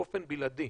באופן בלעדי.